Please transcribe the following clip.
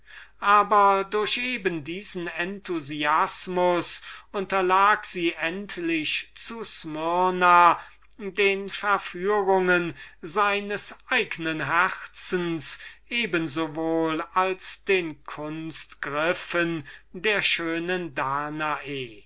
aber durch eben diesen enthusiasmus unterlag sie endlich den verführungen seines eignen herzens eben so wohl als den kunstgriffen der schönen danae